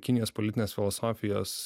kinijos politinės filosofijos